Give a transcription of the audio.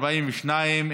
עוברים להצעה